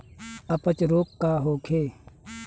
अपच रोग का होखे?